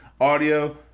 audio